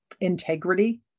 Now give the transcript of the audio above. integrity